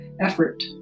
effort